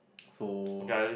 so